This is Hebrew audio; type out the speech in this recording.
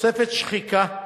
תוספת שחיקה,